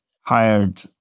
hired